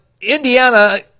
Indiana